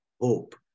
hope